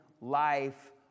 life